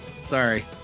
sorry